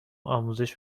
آموزش